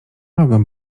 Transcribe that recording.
mogę